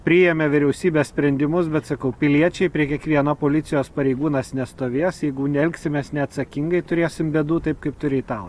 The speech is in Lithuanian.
priėmė vyriausybė sprendimus bet sakau piliečiai prie kiekvieno policijos pareigūnas nestovės jeigu elgsimės neatsakingai turėsim bėdų taip kaip turi italai